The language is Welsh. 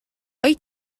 wyt